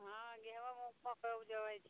हँ गहूँम ओहूँम कऽ के उपजबै छियै